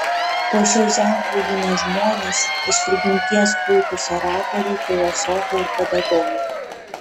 po šiuo ženklu gimę žmonės iš prigimties puikūs oratoriai filosofai ir pedagogai